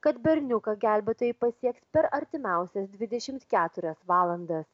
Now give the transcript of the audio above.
kad berniuką gelbėtojai pasieks per artimiausias dvidešimt keturias valandas